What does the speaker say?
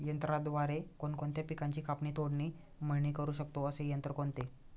यंत्राद्वारे कोणकोणत्या पिकांची कापणी, तोडणी, मळणी करु शकतो, असे यंत्र कोणते?